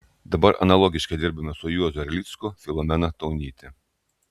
dabar analogiškai dirbame su juozu erlicku filomena taunyte